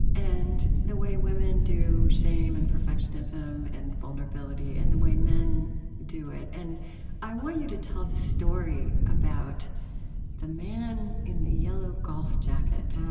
and the way women do shame and perfectionism and vulnerability and the way men do it. i want you to tell the story about the man in the yellow golf jacket